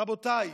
רבותיי,